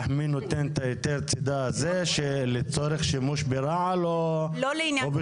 מי נותן את היתר הצידה הזה שלצורך שימוש ברעל או בכלל?